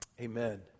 Amen